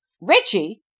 Richie